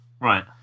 Right